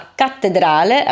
cattedrale